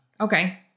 Okay